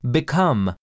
Become